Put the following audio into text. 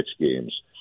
games